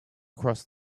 cross